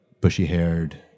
bushy-haired